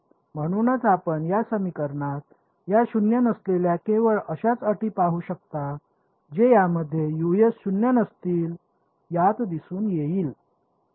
म्हणूनच आपण या समीकरणात या शून्य नसलेल्या केवळ अशाच अटी पाहू शकता जे यामध्ये Us शून्य नसतील यात दिसून येईल